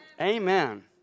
Amen